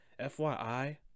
FYI